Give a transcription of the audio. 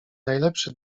najlepszy